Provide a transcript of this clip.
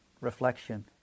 reflection